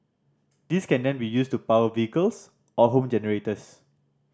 this can then be used to power vehicles or home generators